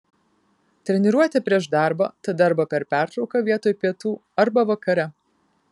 treniruotė prieš darbą tada arba per pertrauką vietoj pietų arba vakare